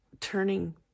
turning